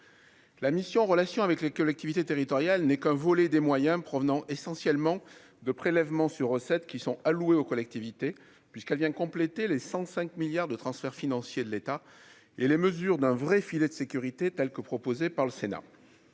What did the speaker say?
la mission Relations avec les collectivités territoriales, n'est qu'un volet des moyens provenant essentiellement de prélèvement sur recettes qui sont alloués aux collectivités, puisqu'elle vient compléter les 105 milliards de transferts financiers de l'État et les mesures d'un vrai filet de sécurité, telle que proposée par le Sénat,